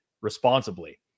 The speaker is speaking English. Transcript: responsibly